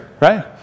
right